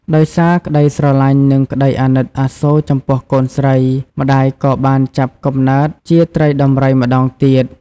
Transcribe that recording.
ដោយសារក្តីស្រឡាញ់និងក្តីអាណិតអាសូរចំពោះកូនស្រី ម្តាយក៏បានចាប់កំណើតជាត្រីដំរីម្តងទៀត។